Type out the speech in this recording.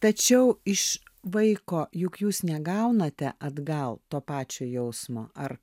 tačiau iš vaiko juk jūs negaunate atgal to pačio jausmo ar